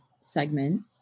segment